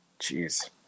Jeez